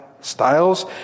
Styles